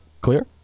clear